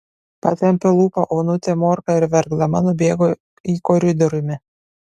patempė lūpą onutė morka ir verkdama nubėgo į koridoriumi